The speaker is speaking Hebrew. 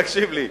תקשיב לי.